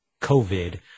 COVID